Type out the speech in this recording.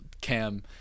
cam